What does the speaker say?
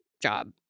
job